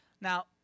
Now